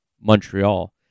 Montreal